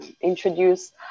introduce